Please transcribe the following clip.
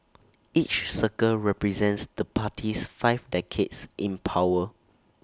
each circle represents the party's five decades in power